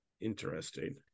Interesting